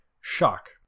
shock